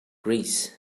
greece